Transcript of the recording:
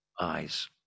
eyes